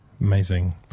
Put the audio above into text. amazing